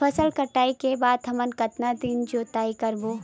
फसल कटाई के बाद हमन कतका दिन जोताई करबो?